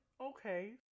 okay